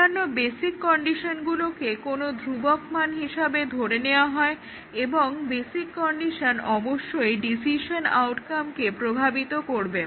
অন্যান্য বেসিক কন্ডিশনগুলোকে কোনো ধ্রুবক মান হিসেবে ধরে নেওয়া হয় এবং বেসিক কন্ডিশন অবশ্যই ডিসিশন আউটকামকে প্রভাবিত করবে